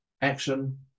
action